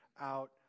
out